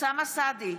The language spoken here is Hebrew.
אוסאמה סעדי,